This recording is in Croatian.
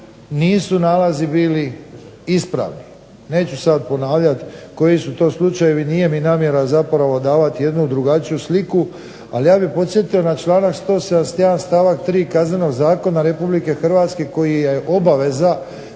nisu nalazi bili ispravni. Neću sad ponavljat koji su to slučajevi, nije mi namjera zapravo davati jednu drugačiju sliku, ali ja bih podsjetio na članak 171. stavak 3. Kaznenog zakona Republike Hrvatske koji je obaveza